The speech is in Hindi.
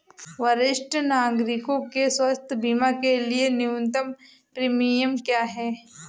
वरिष्ठ नागरिकों के स्वास्थ्य बीमा के लिए न्यूनतम प्रीमियम क्या है?